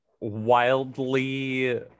wildly